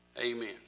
Amen